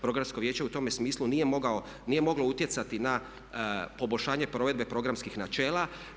Programsko vijeće u tome smislu nije moglo utjecati na poboljšanje provedbe programskih načela.